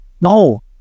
no